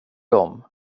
dem